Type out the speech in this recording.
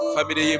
Family